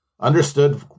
understood